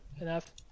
enough